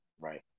right